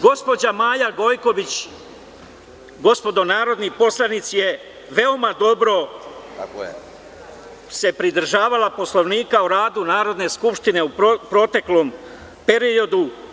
Gospođa Maja Gojković, gospodo narodni poslanici, se veoma dobro pridržavala Poslovnika o radu Narodne skupštine u proteklom periodu.